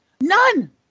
None